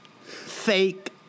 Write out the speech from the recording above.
fake